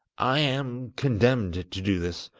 i am condemned to do this,